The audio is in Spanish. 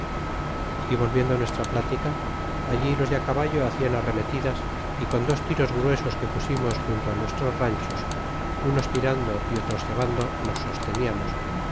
y volviendo nuestra plática allí los de á caballo hacían arremetidas y con dos tiros gruesos que pusimos junto nuestros ranchos unos tirando y otros cebando nos sosteniamos